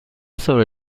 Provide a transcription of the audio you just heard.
sobre